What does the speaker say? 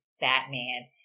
Batman